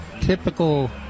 typical